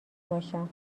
باشم